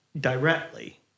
directly